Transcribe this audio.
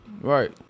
Right